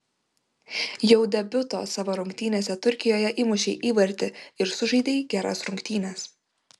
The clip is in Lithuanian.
jau debiuto savo rungtynėse turkijoje įmušei įvartį ir sužaidei geras rungtynes